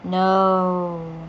no